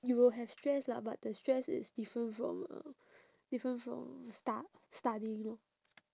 you will have stress lah but the stress is different from uh different from stu~ studying lor